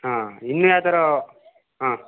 ಹಾಂ ಇನ್ನೂ ಯಾವ್ದಾದ್ರೂ ಹಾಂ